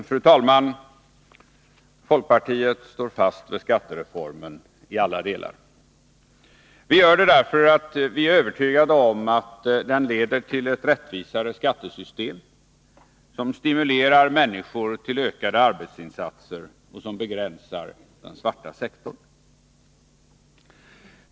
Fru talman! Folkpartiet står fast vid skattereformen i alla delar. Vi gör det därför att vi är övertygade om att den leder till ett rättvisare skattesystem, som stimulerar människor till ökade arbetsinsatser och som begränsar den svarta sektorn.